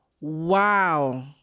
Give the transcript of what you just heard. Wow